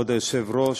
כבוד היושב-ראש,